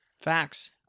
facts